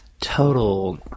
Total